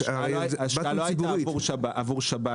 ההשקעה לא הייתה עבור שבת.